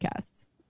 podcasts